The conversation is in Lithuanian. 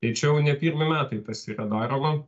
tai čia jau ne pirmi metai tas yra daroma